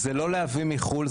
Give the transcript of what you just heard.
זה לא להביא מחו"ל,